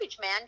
man